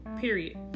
period